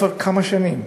כבר כמה שנים.